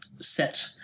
set